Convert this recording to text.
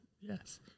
Yes